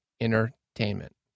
entertainment